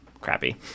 crappy